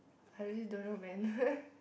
I really don't know man